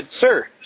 sir